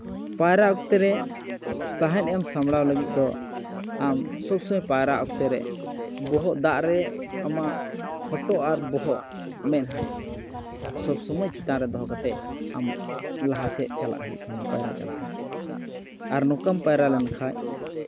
ᱯᱟᱭᱨᱟᱜ ᱚᱠᱛᱮ ᱨᱮ ᱥᱟᱸᱦᱮᱫ ᱮᱢ ᱥᱟᱸᱵᱲᱟᱣ ᱞᱟᱹᱜᱤᱫ ᱫᱚ ᱟᱢ ᱥᱚᱵᱥᱚᱢᱚᱭ ᱯᱟᱭᱨᱟᱜ ᱚᱠᱛᱮ ᱨᱮ ᱵᱚᱦᱚᱜ ᱫᱟᱜ ᱨᱮ ᱟᱢᱟᱜ ᱦᱚᱴᱚᱜ ᱟᱨ ᱵᱚᱦᱚᱜ ᱢᱮᱸᱫᱼᱦᱟ ᱥᱚᱵᱥᱚᱢᱚᱭ ᱪᱮᱛᱟᱱ ᱨᱮ ᱫᱚᱦᱚ ᱠᱟᱛᱮᱫ ᱟᱢ ᱞᱟᱦᱟ ᱥᱮᱫ ᱪᱟᱞᱟᱜ ᱦᱩᱭᱩᱜ ᱛᱟᱢᱟ ᱯᱟᱭᱨᱟ ᱪᱟᱞᱟᱜ ᱦᱩᱭᱩᱜ ᱛᱟᱢᱟ ᱯᱟᱭᱨᱟ ᱪᱟᱞᱟᱜ ᱦᱩᱭᱩᱜᱼᱟ ᱟᱨ ᱱᱚᱝᱠᱟᱢ ᱯᱟᱭᱨᱟ ᱞᱮᱱᱠᱷᱟᱡ